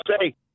say